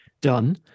done